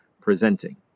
presenting